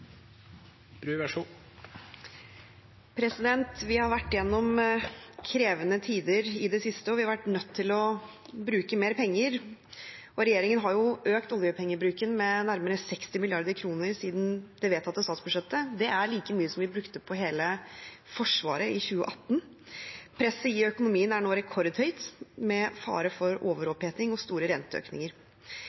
Vi har vært gjennom krevende tider i det siste, og vi har vært nødt til å bruke mer penger. Regjeringen har økt oljepengebruken med nærmere 60 mrd. kr siden det vedtatte statsbudsjettet. Det er like mye som vi brukte på hele Forsvaret i 2018. Presset i økonomien er nå rekordhøyt, med fare for overoppheting og store renteøkninger.